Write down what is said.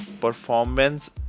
performance